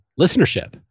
listenership